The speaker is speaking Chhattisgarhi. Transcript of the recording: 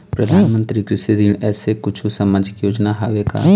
परधानमंतरी कृषि ऋण ऐसे कुछू सामाजिक योजना हावे का?